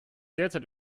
derzeit